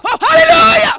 Hallelujah